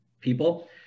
people